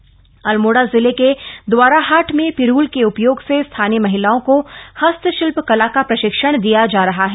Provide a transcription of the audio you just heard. पीरूल हस्तशिल्प अल्मोड़ा जिले के दवाराहाट में पीरूल के उपयोग से स्थानीय महिलाओं को हस्तशिल्प कला का प्रशिक्षण दिया जा रहा है